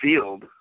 field